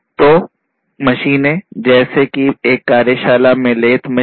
तो मशीनें जैसे कि एक कार्यशाला में लेथ मशीन